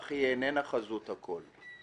אך היא איננה חזות הכול.